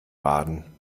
baden